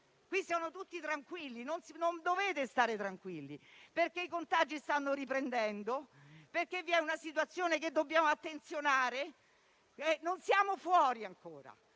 Qui sono tutti tranquilli, ma non dovete stare tranquilli, perché i contagi stanno riprendendo e c'è una situazione che dobbiamo attenzionare. Ancora non ne siamo fuori e,